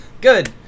Good